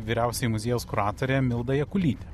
vyriausioji muziejaus kuratorė milda jakulytė